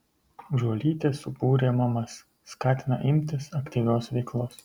žuolytė subūrė mamas skatina imtis aktyvios veiklos